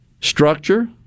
structure